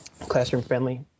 classroom-friendly